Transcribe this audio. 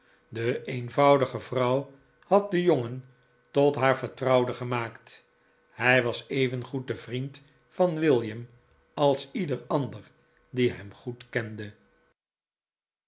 de eenvoudige vrouw had den jongen tot haar vertrouwde gemaakt hij was evengoed de vriend van william als ieder ander die hem goed kende